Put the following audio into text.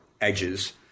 edges